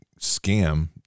scam